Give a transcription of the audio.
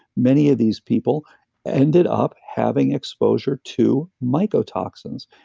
many of these people ended up having exposure to mycotoxins.